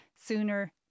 sooner